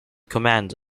command